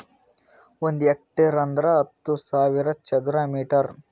ಒಂದ್ ಹೆಕ್ಟೇರ್ ಅಂದರ ಹತ್ತು ಸಾವಿರ ಚದರ ಮೀಟರ್